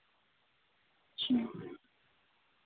اچھا